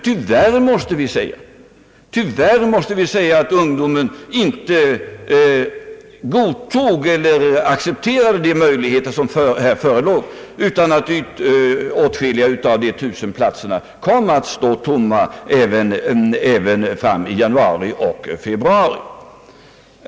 Tyvärr måste vi dock konstatera att ungdomen inte accepterade de möjligheter som här förelåg, utan att åtskilliga av de 10 000 platserna kom att stå tomma även i januari och februari.